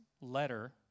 letter